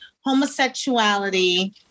homosexuality